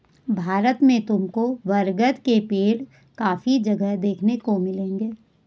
भारत में तुमको बरगद के पेड़ काफी जगह देखने को मिलेंगे